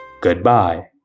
goodbye